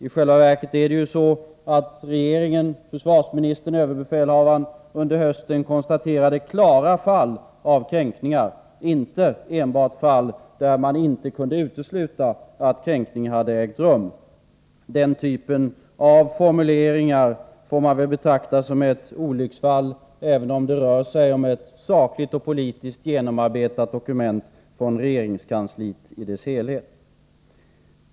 I själva verket konstaterade regeringen, försvarsministern och överbefälhavaren redan under hösten klara fall av kränkningar, inte enbart fall där man ”inte kunde utesluta” att kränkningar hade ägt rum. Den typen av formuleringar får väl betraktas som ett olycksfall — även om det rör sig om ett sakligt och politiskt genomarbetat dokument från regeringskansliet i dess helhet.